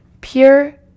Pure